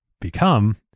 become